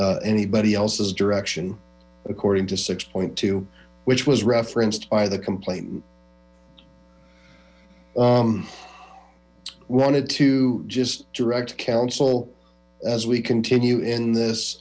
anybody else's direction according to six point two which was referenced by the complaint i wanted to just direct counsel as we continue in this